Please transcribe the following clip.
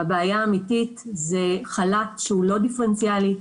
הבעיה האמיתית היא חל"ת, שהוא לא דיפרנציאלי.